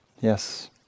yes